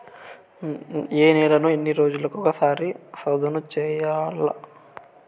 ఏ నేలను ఎన్ని రోజులకొక సారి సదును చేయల్ల?